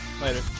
Later